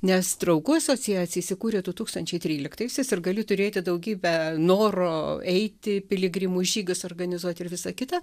nes draugų asociacija įsikūrė du tūkstančiai trylikataisiais ir gali turėti daugybę noro eiti piligrimų žygius organizuoti ir visa kita